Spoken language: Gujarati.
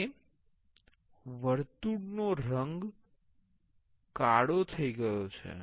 હવે વર્તુળનો રંગ કાળો થઈ ગયો છે